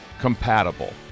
compatible